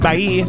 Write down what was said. Bye